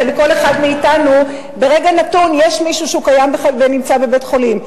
שלכל אחד מאתנו ברגע נתון יש מישהו שנמצא בבית-חולים.